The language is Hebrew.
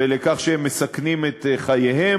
ועל כך שהם מסכנים את חייהם,